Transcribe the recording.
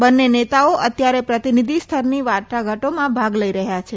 બંને નેતાઓ અત્યારે પ્રતિનિધિસ્તરની વાટાઘાટોમાં ભાગ લઇ રહ્યા છે